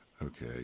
okay